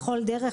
בכל דרך.